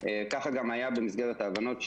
ככה גם היה במסגרת ההבנות,